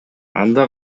анда